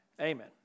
Amen